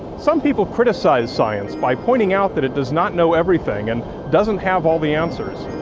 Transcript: some people criticize science by pointing out that it does not know everything and doesn't have all the answers.